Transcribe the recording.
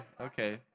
okay